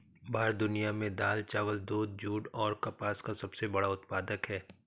भारत दुनिया में दाल, चावल, दूध, जूट और कपास का सबसे बड़ा उत्पादक है